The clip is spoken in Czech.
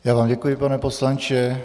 Já vám děkuji, pane poslanče.